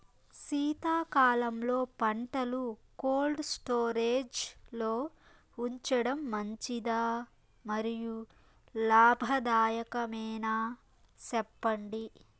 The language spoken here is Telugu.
శీతాకాలంలో పంటలు కోల్డ్ స్టోరేజ్ లో ఉంచడం మంచిదా? మరియు లాభదాయకమేనా, సెప్పండి